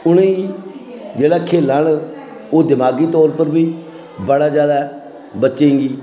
उ'नें गी जेह्ड़ा खेलां न ओह् दमागी तौर पर बी बड़ा जैदा बच्चें गी